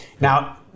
Now